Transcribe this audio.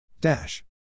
Dash